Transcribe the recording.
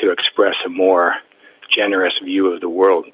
to express a more generous view of the world.